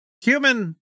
Human